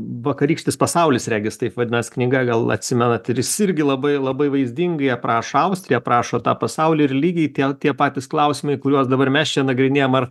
vakarykštis pasaulis regis taip vadinas knyga gal atsimenat ir jis irgi labai labai vaizdingai aprašo austriją aprašo tą pasaulį ir lygiai tie tie patys klausimai kuriuos dabar mes čia nagrinėjam ar